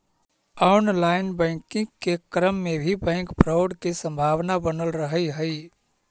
online banking के क्रम में भी बैंक फ्रॉड के संभावना बनल रहऽ हइ